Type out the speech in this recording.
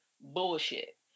bullshit